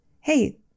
hey